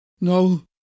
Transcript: no